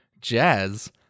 jazz